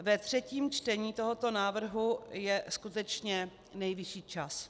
Ve třetím čtení tohoto návrhu je skutečně nejvyšší čas.